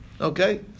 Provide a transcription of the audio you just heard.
okay